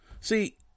See